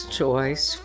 choice